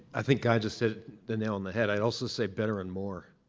i think i just hit the nail on the head. i also say better and more.